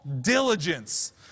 Diligence